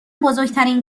بزرگترین